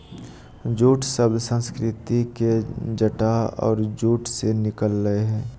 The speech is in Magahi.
जूट शब्द संस्कृत के जटा और जूट से निकल लय हें